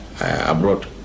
abroad